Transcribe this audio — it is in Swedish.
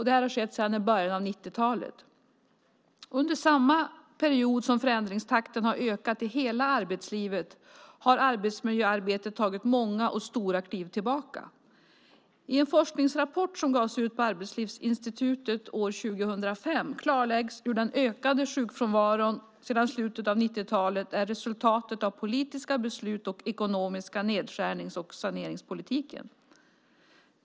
Det har skett sedan början av 90-talet. Under samma period som förändringstakten har ökat i hela arbetslivet har arbetsmiljöarbetet tagit många och stora kliv tillbaka. I en forskningsrapport som gavs ut av Arbetslivsinstitutet år 2005 klarlades hur den ökade sjukfrånvaron sedan slutet av 90-talet var resultatet av politiska beslut och den ekonomiska nedskärnings och saneringspolitiken.